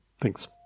Thanks